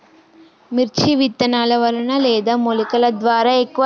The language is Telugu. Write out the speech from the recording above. మిర్చి విత్తనాల వలన లేదా మొలకల ద్వారా ఎక్కువ లాభం?